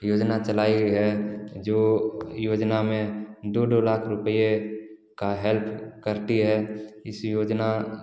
योजना चलाई है जो योजना में दो दो लाख रुपये का हेल्प करती है इस योजना